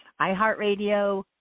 iHeartRadio